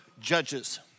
Judges